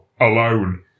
alone